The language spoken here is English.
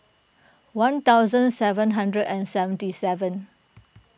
one thousand seven hundred and seventy seven